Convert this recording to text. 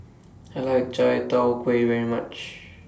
I like Chai Tow Kuay very much